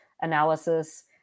analysis